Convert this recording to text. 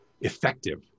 effective